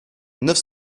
neuf